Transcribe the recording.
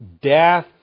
Death